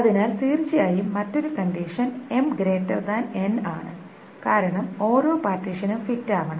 അതിനാൽ തീർച്ചയായും മറ്റൊരു കണ്ടിഷൻ ആണ് കാരണം ഓരോ പാർട്ടീഷനും ഫിറ്റ് ആവണം